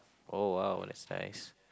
oh !wow! that's nice